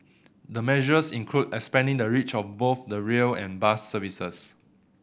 the measures include expanding the reach of both the rail and bus services